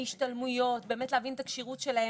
השתלמויות, באמת להבין את הכשירות שלהם.